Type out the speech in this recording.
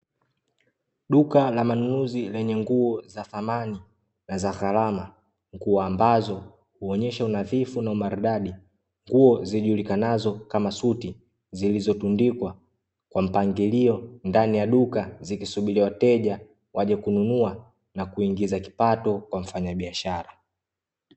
Duka la manunuzi lenye nguo za thamani na za gharama, nguo ambazo huonyesha unadhifu na umaridadi. Nguo zijulikanazo kama suti, zilizotundikwa kwa mpangilio ndani ya duka, zikisubiri wateja waje kununua na kuingiza kipato kwa mfanyabiashara.